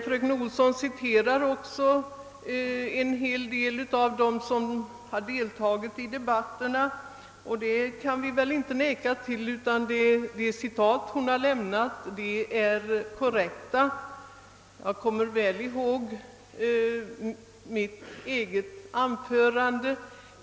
Fröken Olsson citerade också en hel del av det som sagts i debatterna, och det går inte att förneka att citaten var korrekta — jag kommer väl ihåg vad jag själv sade i den närmast aktuella diskussionen.